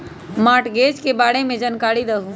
Mortgage के बारे में जानकारी देहु?